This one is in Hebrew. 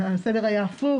הסדר היה הפוך.